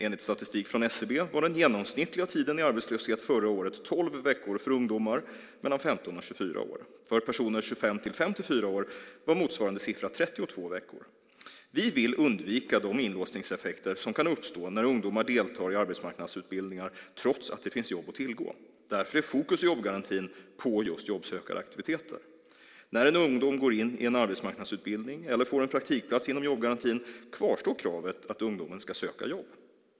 Enligt statistik från SCB var den genomsnittliga tiden i arbetslöshet förra året 12 veckor för ungdomar 15-24 år. För personer 25-54 år var motsvarande siffra 32 veckor. Vi vill undvika de inlåsningseffekter som kan uppstå när ungdomar deltar i arbetsmarknadsutbildningar, trots att det finns jobb att tillgå. Därför är fokus i jobbgarantin på just jobbsökaraktiviteter. När en ungdom går in i en arbetsmarknadsutbildning eller får en praktikplats inom jobbgarantin kvarstår kravet att ungdomen ska söka jobb.